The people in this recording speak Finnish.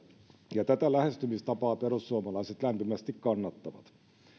ja tätä lähestymistapaa perussuomalaiset lämpimästi kannattavat